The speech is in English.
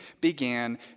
began